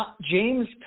James